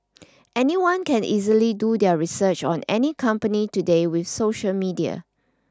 anyone can easily do their research on any company today with social media